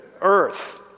earth